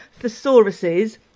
thesauruses